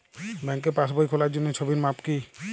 ব্যাঙ্কে পাসবই খোলার জন্য ছবির মাপ কী?